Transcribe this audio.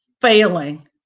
failing